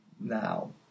Now